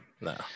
no